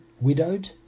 widowed